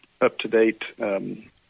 up-to-date